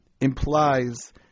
implies